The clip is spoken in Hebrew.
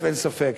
אין ספק,